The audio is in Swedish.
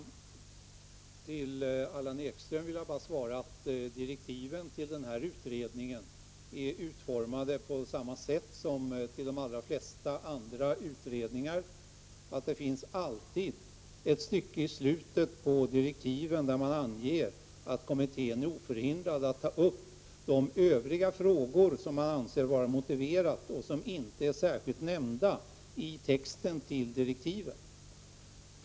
Herr talman! Jag vill som svar till Allan Ekström säga att direktiven till utredningen är utformade på samma sätt som till de allra flesta utredningar. Det finns alltid ett stycke i slutet av direktiven där man anger att kommittén är oförhindrad att ta upp de övriga frågor som man anser vara motiverade och som inte är särskilt nämnda i texten till direktiven.